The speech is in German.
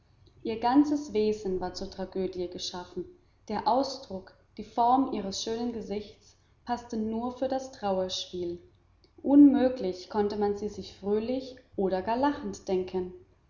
ihr ganzes wesen war zur tragödie geschaffen der ausdruck die form ihres schönen gesichts paßte nur für das trauerspiel unmöglich konnte man sie sich fröhlich oder gar lachend denken